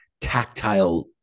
tactile